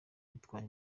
yitwaye